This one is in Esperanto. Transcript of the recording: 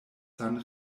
san